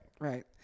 right